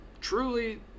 truly